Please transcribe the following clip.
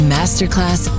Masterclass